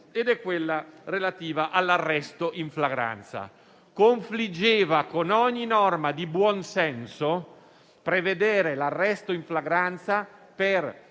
quella relativa all'arresto in flagranza. Confliggeva con ogni norma di buonsenso prevedere l'arresto in flagranza per